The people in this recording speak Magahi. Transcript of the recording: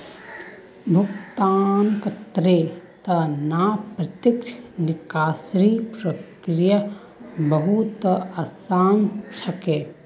भुगतानकर्तार त न प्रत्यक्ष निकासीर प्रक्रिया बहु त आसान छेक